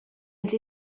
ils